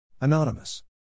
Anonymous